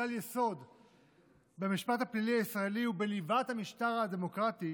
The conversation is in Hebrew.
כלל יסוד במשפט הפלילי הישראלי ובליבת המשטר הדמוקרטי